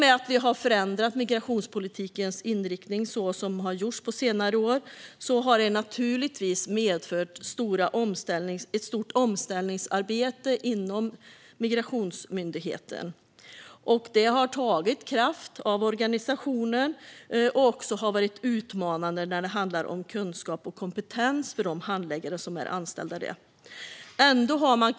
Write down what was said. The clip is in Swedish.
Den förändring av migrationspolitikens inriktning som har gjorts på senare år har naturligtvis medfört ett stort omställningsarbete inom migrationsmyndigheten. Det har tagit kraft av organisationen och har också varit utmanande när det handlar om kunskap och kompetens hos anställda handläggare.